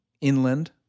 inland